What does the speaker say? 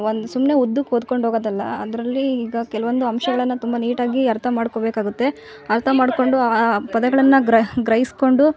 ಒಂದು ಸುಮ್ಮನೆ ಉದ್ದುಕ್ ಓದ್ಕೊಂಡು ಹೋಗೋದಲ್ಲ ಅದರಲ್ಲಿ ಈಗ ಕೆಲವೊಂದು ಅಂಶಗಳನ್ನು ತುಂಬ ನೀಟಾಗಿ ಅರ್ಥ ಮಾಡ್ಕೋಬೇಕಾಗುತ್ತೆ ಅರ್ಥ ಮಾಡಿಕೊಂಡು ಆ ಪದಗಳನ್ನು ಗ್ರಹಿಸ್ಕೊಂಡು